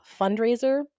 fundraiser